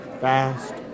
fast